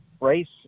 race